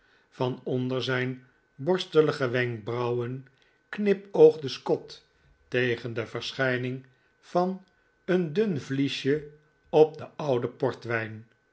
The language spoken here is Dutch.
van onder zijn borstelige wenkbrauwen knipoogde scott tegen de verschijning van een dun vliesje op den ouden portwijn